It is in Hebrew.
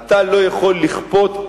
אתה לא יכול לכפות.